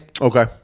Okay